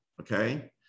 okay